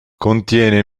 contiene